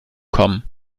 kommen